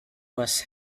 was